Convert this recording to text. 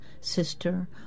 sister